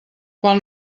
quan